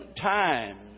times